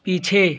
पीछे